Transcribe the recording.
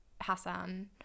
Hassan